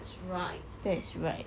that's right that is right